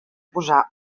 posar